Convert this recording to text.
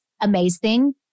amazing